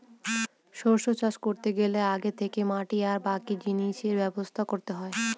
শস্য চাষ করতে গেলে আগে থেকে মাটি আর বাকি জিনিসের ব্যবস্থা করতে হয়